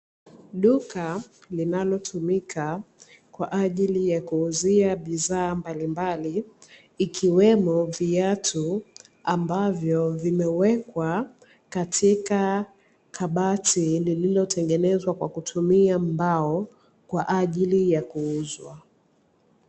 Duka linalotumika kwa ajili ya kuuzia bidhaa mbalimbali, ikiwemo viatu ambavyo vimewekwa katika kabati lililotengenezwa kwa kutumia mbao kwa ajili ya kuuzwa.